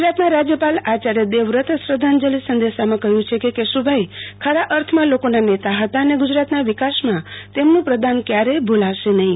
ગુજરાત ના રાજયપાલ આચાર્ય દેવવ્રત શ્રદ્ધાંજલી સંદેશામાં કહ્યું છે કે કેશુભાઈ ખરા અર્થ માં લોકો ના નેતા હતા અને ગુજરાત ના વિકાસ માં તેમનું પ્રદાન ક્યારેય ભૂલશે નહીં